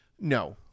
no